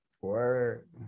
Word